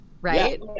right